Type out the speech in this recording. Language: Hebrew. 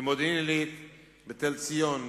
במודיעין-עילית ובתל-ציון.